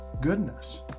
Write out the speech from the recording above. goodness